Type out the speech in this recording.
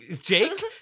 Jake